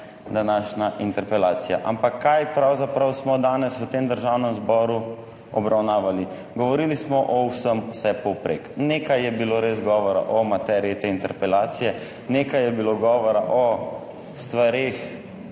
današnja interpelacija. Ampak kaj smo pravzaprav danes v Državnem zboru obravnavali? Govorili smo o vsem vsepovprek. Nekaj je bilo res govora o materiji te interpelacije, nekaj je bilo govora o stvareh,